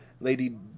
Lady